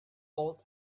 old